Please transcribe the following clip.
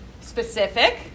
Specific